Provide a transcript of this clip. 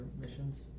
missions